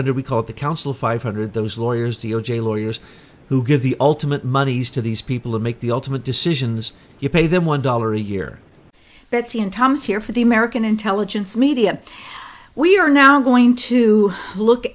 hundred we call the council five hundred those lawyers the o j lawyers who give the ultimate monies to these people who make the ultimate decisions you pay them one dollar a year but sometimes here for the american intelligence media we are now going to look